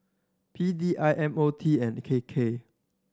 P D I M O T and K K